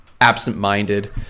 absent-minded